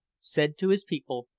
said to his people,